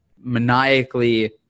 maniacally